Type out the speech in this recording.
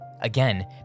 Again